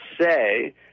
say